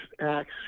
acts